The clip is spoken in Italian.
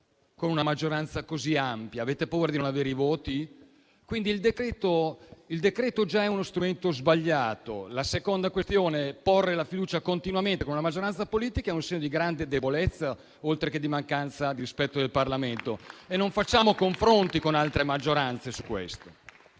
Con una maggioranza così ampia avete paura di non avere i voti? Quindi il decreto-legge già è uno strumento sbagliato. La seconda questione è la seguente: porre la fiducia continuamente con una maggioranza politica è un segno di grande debolezza, oltre che di mancanza di rispetto del Parlamento, e non facciamo confronti con altre maggioranze su questo